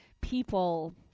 people